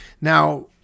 Now